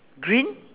green